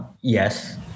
Yes